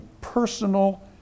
personal